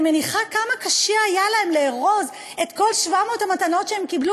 אני מניחה כמה קשה היה להם לארוז את כל 700 המתנות שהם קיבלו